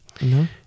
No